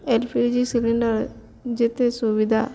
L P G cylinder ଯେତେ ସୁବିଧା